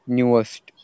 Newest